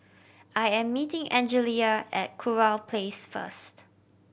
I am meeting Angelia at Kurau Place first